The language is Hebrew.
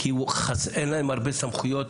כי אין להם הרבה סמכויות.